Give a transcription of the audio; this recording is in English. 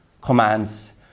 commands